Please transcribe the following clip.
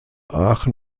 aachen